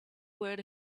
where